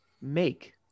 make